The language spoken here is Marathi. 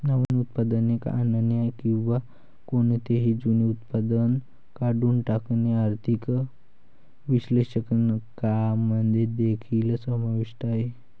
नवीन उत्पादने आणणे किंवा कोणतेही जुने उत्पादन काढून टाकणे आर्थिक विश्लेषकांमध्ये देखील समाविष्ट आहे